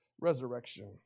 resurrection